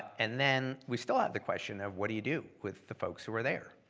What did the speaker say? and then we still have the question of what do you do with the folks who are there?